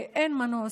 ואין מנוס,